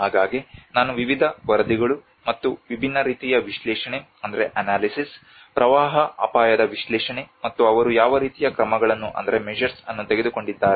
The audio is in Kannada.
ಹಾಗಾಗಿ ನಾನು ವಿವಿಧ ವರದಿಗಳು ಮತ್ತು ವಿಭಿನ್ನ ರೀತಿಯ ವಿಶ್ಲೇಷಣೆ ಪ್ರವಾಹ ಅಪಾಯದ ವಿಶ್ಲೇಷಣೆ ಮತ್ತು ಅವರು ಯಾವ ರೀತಿಯ ಕ್ರಮಗಳನ್ನು ತೆಗೆದುಕೊಂಡಿದ್ದಾರೆ